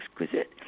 exquisite